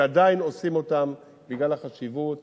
ושעדיין עושים אותם בגלל החשיבות